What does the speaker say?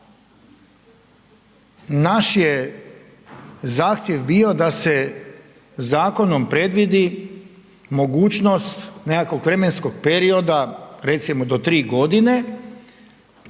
Naš je zahtjev bio da se zakonom predvidi mogućnost nekakvog vremenskog perioda, recimo do 3 godine